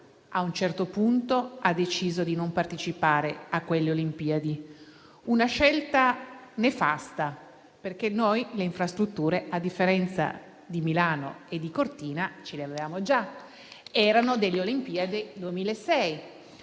a un certo punto ha deciso di non partecipare a quelle Olimpiadi, una scelta nefasta perché noi le infrastrutture, a differenza di Milano e di Cortina, ce le avevamo già, ed erano quelle delle Olimpiadi del 2006.